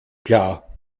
klar